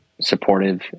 supportive